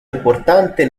importante